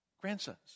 grandsons